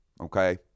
okay